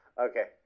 Okay